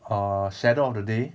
err shadow of the day